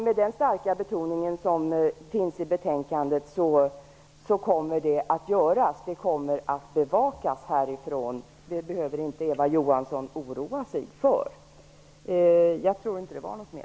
Med den starka betoning som finns i betänkandet kommer det att bli så. Det kommer att bevakas härifrån. Det behöver inte Eva Johansson oroa sig för. Jag tror inte att det var något mer.